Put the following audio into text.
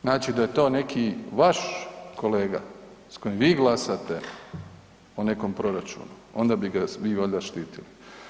Znači da je to neki vaš kolega s kojim vi glasate o nekom proračunu onda bi ga vi valjda štitili.